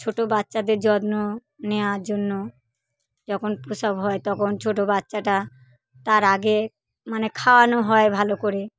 ছোটো বাচ্চাদের যত্ন নেয়ার জন্য যখন প্রসব হয় তখন ছোটো বাচ্চাটা তার আগে মানে খাওয়ানো হয় ভালো করে